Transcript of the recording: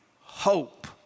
hope